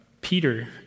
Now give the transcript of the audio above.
Peter